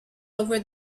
over